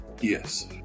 yes